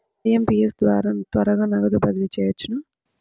IMPS ద్వారా త్వరగా నగదు బదిలీ చేయవచ్చునా?